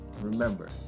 Remember